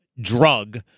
drug